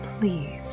Please